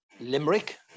Limerick